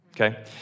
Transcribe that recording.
Okay